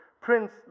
prince